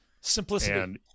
Simplicity